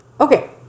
Okay